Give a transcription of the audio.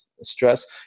stress